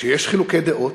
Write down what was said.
כשיש חילוקי דעות,